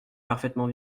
parfaitement